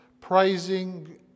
praising